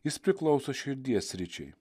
jis priklauso širdies sričiai